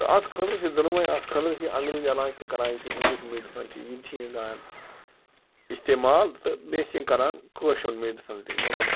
تہٕ اَتھ خٲطرٕ چھِ دۄنوَے اَتھ خٲطرٕ چھِ انٛگریٖز علاج تہِ کَران یہِ چھِ اِنٛگلِش میڈِسَن چھِ یِم چھِ اِگان اِستعمال تہٕ بیٚیہِ چھِ کَران کٲشُر میڈِسَن تہِ مطلب